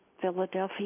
Philadelphia